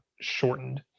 shortened